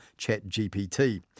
ChatGPT